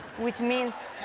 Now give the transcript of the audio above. which means,